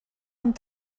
amb